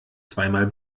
zweimal